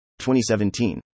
2017